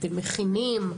אתם מכינים,